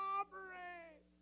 operate